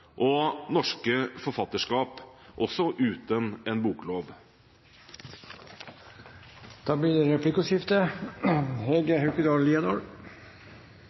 og norske forfatterskap – også uten en boklov. Det blir replikkordskifte.